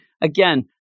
again